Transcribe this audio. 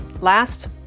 Last